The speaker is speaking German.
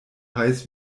heiß